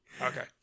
Okay